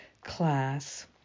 class